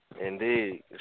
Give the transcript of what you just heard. Indeed